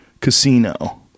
casino